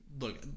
Look